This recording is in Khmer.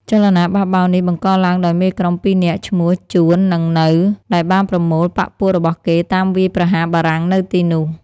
ចលនាបះបោរនេះបង្កឡើងដោយមេក្រុមពីរនាក់ឈ្មោះ ជួន និង នៅ ដែលបានប្រមូលបក្សពួករបស់គេតាមវាយប្រហារបារាំងនៅទីនោះ។